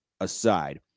aside